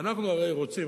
ואנחנו הרי רוצים,